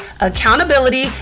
accountability